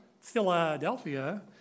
Philadelphia